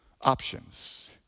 options